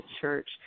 church